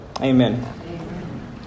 Amen